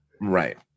Right